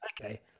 Okay